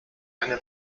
eine